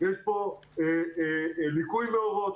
יש פה ליקוי מאורות.